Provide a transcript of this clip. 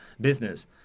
business